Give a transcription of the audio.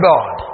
God